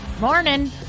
Morning